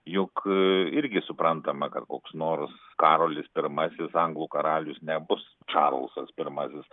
juk irgi suprantame kad koks nors karolis pirmasis anglų karalius nebus čarlzas pirmasis